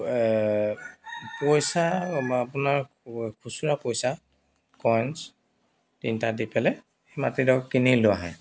পইচা আপোনাৰ খুচুৰা পইচা কইনছ তিনিটা দি পেলাই মাটিডোখৰ কিনি লোৱা হয়